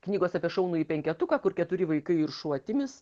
knygos apie šaunųjį penketuką kur keturi vaikai ir šuo timis